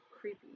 creepy